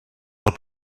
will